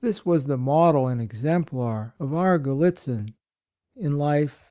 this was the model and exemplar of our gallitzin in life